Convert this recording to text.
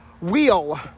Wheel